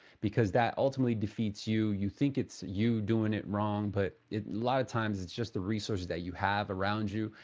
because that ultimately defeats you. you think it's you doing it wrong, but a lot of times it's just the resources that you have around you.